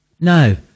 no